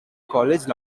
college